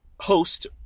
host